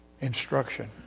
instruction